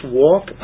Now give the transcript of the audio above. walk